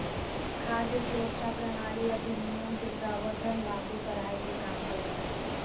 खाद्य सुरक्षा प्रणाली अधिनियम के प्रावधान लागू कराय के कम करा हइ